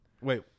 Wait